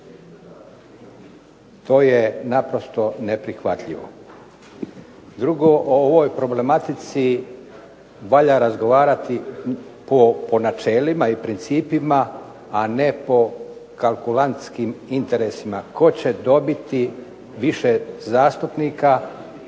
To je naprosto neprihvatljivo. Drugo, o ovoj problematici valja razgovarati po načelima i principima, a ne po kalkulantskim interesima tko će dobiti više zastupnika